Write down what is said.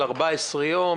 על 14 יום.